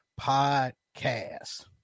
podcast